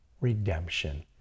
redemption